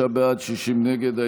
55 בעד, 60 נגד.